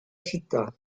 città